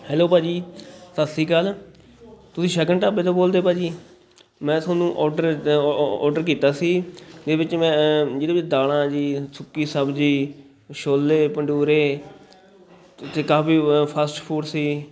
hello ਭਾਅ ਜੀ ਸਤਿ ਸ਼੍ਰੀ ਅਕਾਲ ਤੁਸੀਂ ਸ਼ਗਨ ਢਾਬੇ ਤੋਂ ਬੋਲਦੇ ਭਾਅ ਜੀ ਮੈਂ ਤੁਹਾਨੂੰ ਔਡਰ ਔਡਰ ਕੀਤਾ ਸੀ ਜਿਹਦੇ ਵਿੱਚ ਮੈਂ ਜਿਹਦੇ ਵਿੱਚ ਦਾਲਾਂ ਜੀ ਸੁੱਕੀ ਸਬਜ਼ੀ ਛੋਲੇ ਭਟੂਰੇ ਅਤੇ ਕਾਫ਼ੀ ਵ ਫਾਸਟ ਫੂਡ ਸੀ